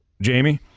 Jamie